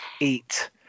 eight